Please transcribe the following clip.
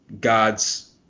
God's